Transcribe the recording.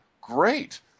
Great